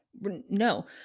No